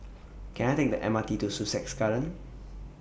Can I Take The M R T to Sussex Garden